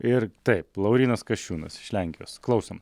ir taip laurynas kasčiūnas iš lenkijos klausom